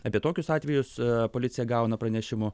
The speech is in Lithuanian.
apie tokius atvejus policija gauna pranešimų